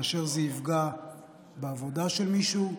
וזה יפגע בעבודה של מישהו,